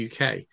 UK